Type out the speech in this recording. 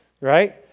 Right